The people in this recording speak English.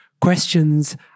questions